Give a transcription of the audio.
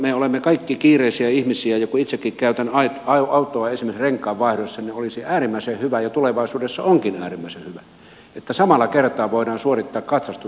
me olemme kaikki kiireisiä ihmisiä ja kun itsekin käytän autoa esimerkiksi renkaanvaihdossa niin olisi äärimmäisen hyvä ja tulevaisuudessa onkin äärimmäisen hyvä että samalla kertaa voidaan suorittaa katsastus